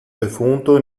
defunto